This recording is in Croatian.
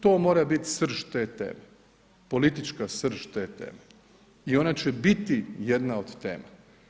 To mora biti srž te teme, politička srž te teme i ona će biti jedna od tema.